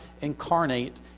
incarnate